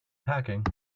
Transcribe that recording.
packing